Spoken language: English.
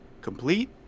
complete